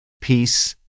peace